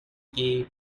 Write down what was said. gay